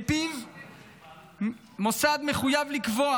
שלפיו מוסד מחויב לקבוע,